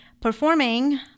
performing